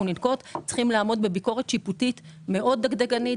ננקוט צריכים לעמוד בביקורת שיפוטית מאוד דקדקנית,